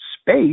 space